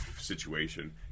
situation